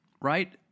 right